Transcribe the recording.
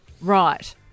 Right